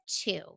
two